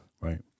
Right